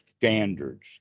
standards